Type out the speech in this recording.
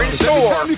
store